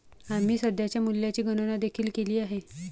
आम्ही सध्याच्या मूल्याची गणना देखील केली आहे